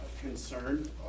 concern